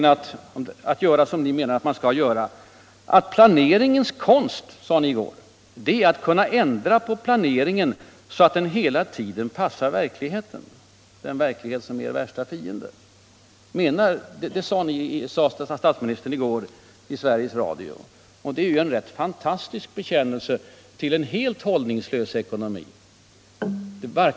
Ni sade i går i Dagens Eko att planeringens konst är att ändra planeringen så att den hela tiden passar verkligheten — den verklighet som är er värsta fiende. Det är en rätt fantastisk bekännelse till en helt hållningslös ekonomisk planering.